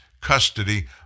custody